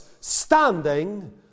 standing